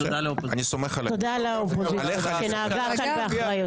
תודה לאופוזיציה שנהגה כאן באחריות.